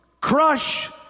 crush